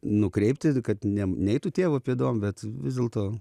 nukreipti kad ne neitų tėvo pėdom bet vis dėlto